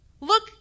Look